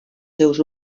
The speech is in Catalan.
seus